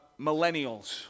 Millennials